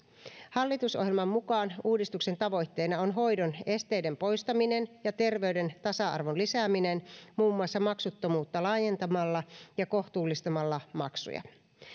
hallitusohjelman mukaan uudistuksen tavoitteena on hoidon esteiden poistaminen ja terveyden tasa arvon lisääminen muun muassa maksuttomuutta laajentamalla ja kohtuullistamalla maksuja